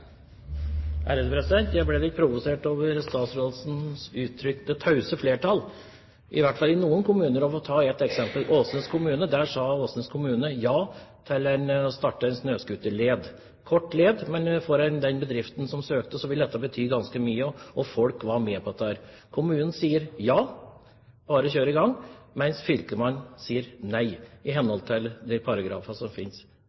Jeg ble litt provosert over statsrådens uttrykte tause flertall, i hvert fall i noen kommuner. For å ta ett eksempel: I Åsnes kommune sa de ja til å starte en snøscooterled – en kort led, men for den bedriften som søkte, ville dette bety ganske mye, og folk var med på dette. Kommunen sier ja, bare kjør i gang, mens fylkesmannen sier nei, i henhold til de paragrafer som finnes.